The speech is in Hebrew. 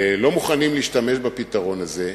לא מוכנים להשתמש בפתרון הזה,